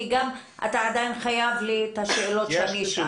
כי אתה עדיין חייב לי את התשובות לשאלות ששאלתי.